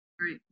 right